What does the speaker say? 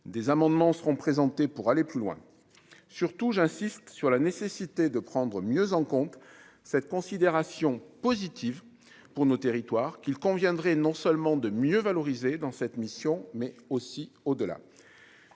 des amendements seront présentés pour aller plus loin, surtout, j'insiste sur la nécessité de prendre mieux en compte cette considération positive pour nos territoires qu'il conviendrait, non seulement de mieux valoriser dans cette mission, mais aussi au au-delà